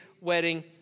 wedding